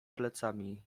plecami